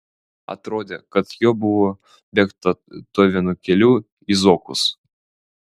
atrodė kad jo buvo bėgta tuo vienu keliu į zokus